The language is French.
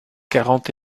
quarante